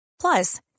Plus